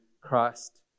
Christ